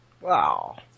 Wow